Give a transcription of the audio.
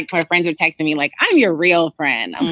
ah our friends, were texting me like i'm your real friend